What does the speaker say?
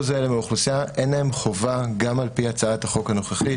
האלה מהאוכלוסייה אין חובה גם על פי הצעת החוק הנוכחית.